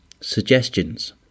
suggestions